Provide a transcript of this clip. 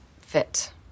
fit